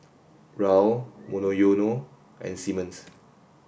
Raoul Monoyono and Simmons